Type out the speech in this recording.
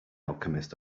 alchemist